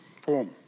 form